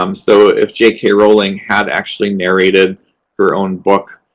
um so if j k. rowling had actually narrated her own book,